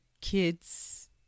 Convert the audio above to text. kids